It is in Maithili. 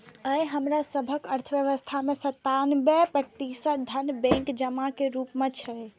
आइ हमरा सभक अर्थव्यवस्था मे सत्तानबे प्रतिशत धन बैंक जमा के रूप मे छै